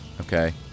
Okay